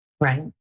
Right